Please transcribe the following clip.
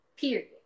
Period